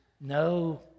No